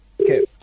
Okay